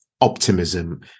optimism